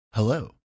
Hello